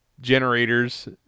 generators